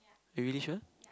you really sure